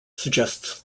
suggests